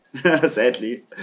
sadly